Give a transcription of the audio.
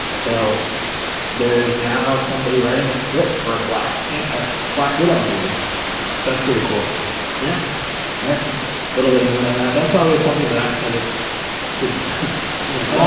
so there is now somebody writing a script for a black pant or black widow movie so that's pretty cool yeah right a little bit of mood on that that's always something that i said it should be done yeah